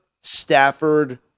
Stafford